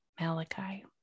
Malachi